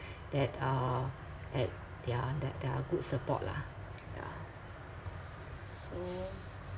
that uh at their that they are good support lah yeah so